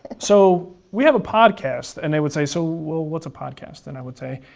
so we have a podcast, and they would say, so what's a podcast? and i would say,